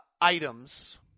items